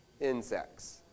insects